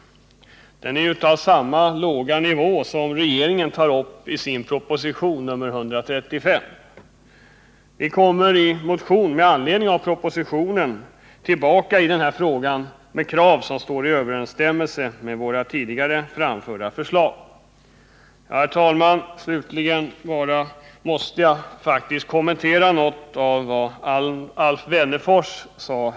Det är samma låga nivå som regeringen föreslår i propositionen 135. Vi kommer i en motion med anledning av den propositionen tillbaka till den här frågan med krav som står i överensstämmelse med våra tidigare framförda förslag. Jag måste slutligen kommentera något av det Alf Wennerfors sade.